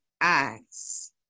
eyes